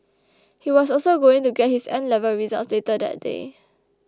he was also going to get his 'N' level results later that day